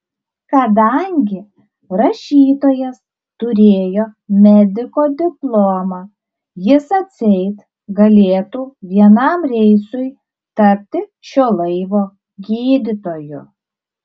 kadangi rašytojas turėjo mediko diplomą jis atseit galėtų vienam reisui tapti šio laivo gydytoju